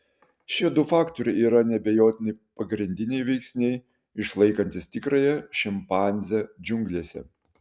šie du faktoriai yra neabejotinai pagrindiniai veiksniai išlaikantys tikrąją šimpanzę džiunglėse